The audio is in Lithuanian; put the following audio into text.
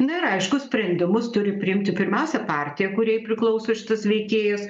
na ir aišku sprendimus turi priimti pirmiausia partija kuriai priklauso šitas veikėjas